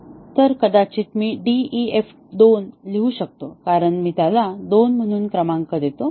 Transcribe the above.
तर कदाचित मी DEF 2 लिहू शकलो असतो कारण मी त्याला 2 म्हणून क्रमांक देतो